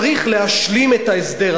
צריך להשלים את ההסדר,